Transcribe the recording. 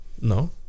No